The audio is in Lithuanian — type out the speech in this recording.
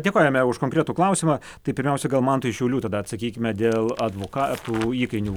dėkojame už konkretų klausimą tai pirmiausia gal mantui iš šiaulių tada atsakykime dėl advokatų įkainių